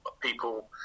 people